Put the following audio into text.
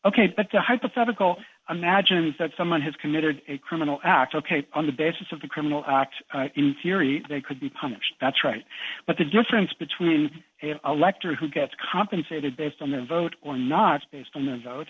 the hypothetical imagine that someone has committed a criminal act ok on the basis of the criminal act in theory they could be punished that's right but the difference between an elector who gets compensated based on the vote or not based on the vote